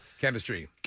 chemistry